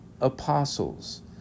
apostles